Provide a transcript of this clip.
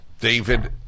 David